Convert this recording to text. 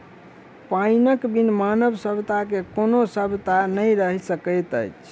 पाइनक बिन मानव सभ्यता के कोनो सभ्यता नै रहि सकैत अछि